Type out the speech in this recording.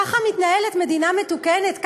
ככה מתנהלת מדינה מתוקנת?